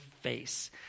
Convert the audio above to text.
face